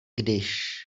když